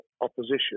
opposition